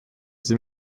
sie